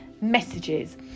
messages